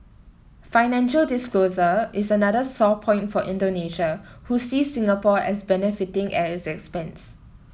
financial disclosure is another sore point for Indonesia who sees Singapore as benefiting as its expense